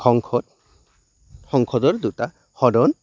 সংসদ সংসদৰ দুটা সদন